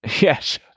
Yes